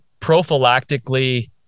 prophylactically